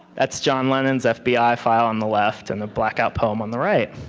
that's john lennon's fbi file on the left and the blackout poem on the right.